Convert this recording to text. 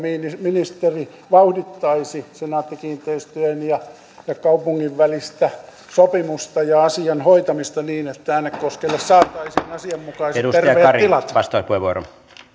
ministeri vauhdittaisi senaatti kiinteistöjen ja ja kaupungin välistä sopimusta ja asian hoitamista niin että äänekoskelle saataisiin asianmukaiset terveet tilat